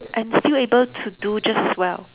and still able to do just as well